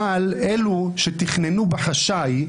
אבל אלו שתכננו בחשאי,